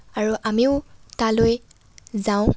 আৰু আমিও তালৈ যাওঁ